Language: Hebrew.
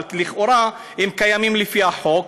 אבל לכאורה הם קיימים לפי החוק,